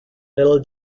little